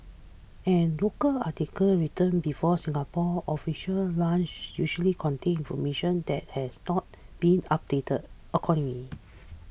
and local articles written before Singapore's official launch usually contain information that has not been updated accordingly